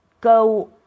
go